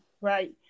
right